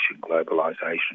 globalisation